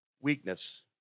weakness